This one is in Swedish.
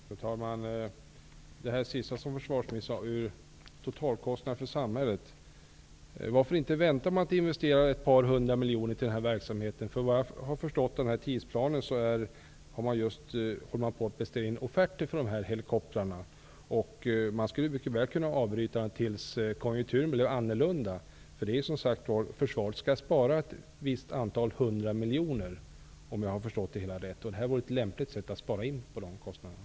Fru talman! Jag vill anknyta till det sista som försvarsministern sade, om totalkostnaden för samhället. Varför inte vänta med att investera ett par hundra miljoner kronor till helikopterverksamheten? Vad jag har förstått av tidsplanen håller man på att ta in offerter på helikoptrar. Man skulle mycket väl kunna avbryta upphandlingen till dess konjunkturen blir annorlunda. Försvaret skall som sagt spara ett visst hundratal miljoner, om jag har förstått det hela rätt. Att vänta med helikopterbeställningarna vore ett lämpligt sätt att spara in på utgifterna.